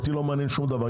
אותי לא מעניין שום דבר.